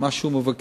מה שהוא מבקש,